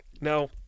Now